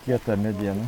kieta mediena